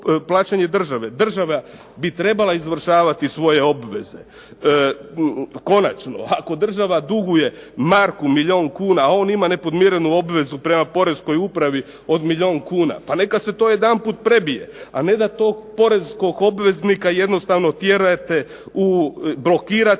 Država bi trebala izvršavati svoje obveze. Konačno ako država duguje Marku milijun kuna, a on ima nepodmirenu obvezu prema poreskoj upravi od milijun kuna pa neka se to jedanput prebije, a ne da tog poreskog obveznika jednostavno blokirate